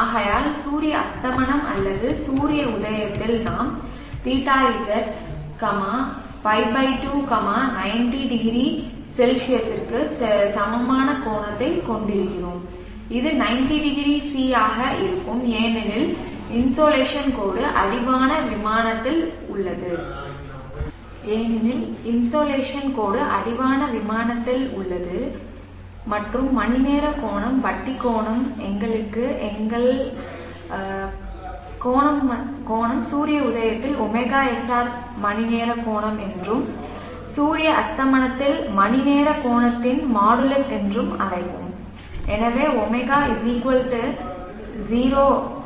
ஆகையால் சூரிய அஸ்தமனம் அல்லது சூரிய உதயத்தில் நாம் θZ π 2 90 டிகிரி C க்கு சமமான கோணத்தைக் கொண்டிருக்கிறோம் இது 90 டிகிரி C ஆக இருக்கும் ஏனெனில் இன்சோலேஷன் கோடு அடிவான விமானத்தில் உள்ளது மற்றும் மணிநேர கோணம் வட்டி கோணம் எங்களுக்கு எங்கள் கோணம் சூரிய உதயத்தில் ωsr மணிநேர கோணம் என்றும் சூரிய அஸ்தமனத்தில் மணிநேர கோணத்தின் மாடுலஸ் என்றும் அழைப்போம் எனவே ω 0